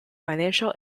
financial